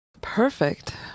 Perfect